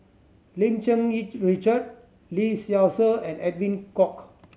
Lim Cherng Yih Richard Lee Seow Ser and Edwin Koek